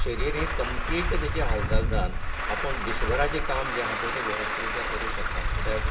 शरीर हे कंम्लीट तेची हालचाल जावन आपूण दिसभरांंत जें काम जे आसा पळय ते वेवस्थीत रित्या करूंक शकता कित्याक